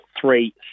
three